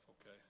okay